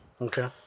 Okay